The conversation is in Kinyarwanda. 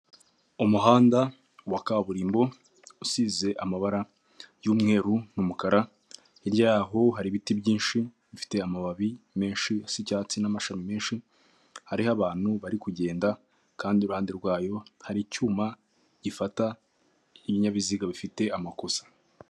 Umuhanda wa kaburimbo usize amabara y'umweru n'umukara, hirya yaho hari ibiti byinshi bifite amababi menshi asa icyatsi n'amashami menshi, hariho abantu bari kugenda kandi iruhande rwayo hari icyuma gifata ibinyabiziga bifite amakosa.